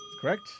Correct